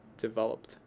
developed